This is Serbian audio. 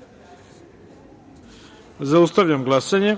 taster. Zaustavljam glasanje: